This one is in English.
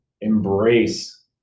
embrace